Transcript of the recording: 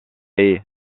haye